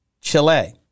Chile